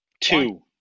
two